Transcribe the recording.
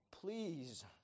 Please